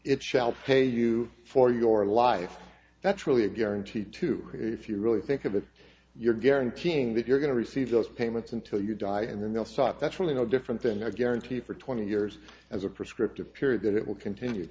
shall pay you for your life that's really a guarantee to if you really think of it you're guaranteeing that you're going to receive those payments until you die and then they'll stop that's really no different than a guarantee for twenty years as a prescriptive period that it will continue